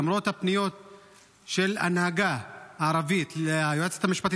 למרות הפניות של ההנהגה הערבית ליועצת המשפטית